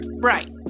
Right